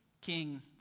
king